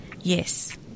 Yes